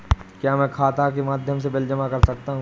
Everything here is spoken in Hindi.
क्या मैं खाता के माध्यम से बिल जमा कर सकता हूँ?